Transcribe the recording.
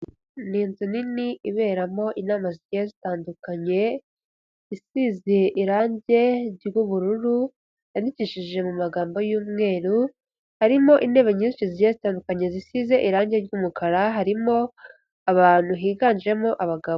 Ni inzu nini iberamo inama zigiye zitandukanye; isizeye irangi ry'ubururu yandikishije mu magambo y'umweru; harimo intebe nyinshi zigiye zitandukanye zisize irangi ry'umukara; harimo abantu higanjemo abagabo.